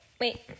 wait